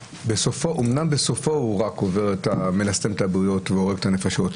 אמנם בסופו הוא רק מלסטם את הבריות והורג את הנפשות,